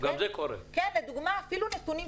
לא חשב עליהם.